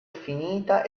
finita